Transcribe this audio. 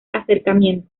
acercamiento